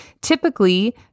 typically